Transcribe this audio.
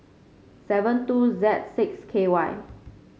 seven two Z six K Y